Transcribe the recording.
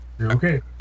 Okay